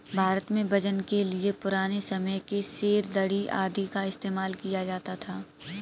भारत में वजन के लिए पुराने समय के सेर, धडी़ आदि का इस्तेमाल किया जाता था